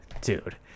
Dude